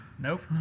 Nope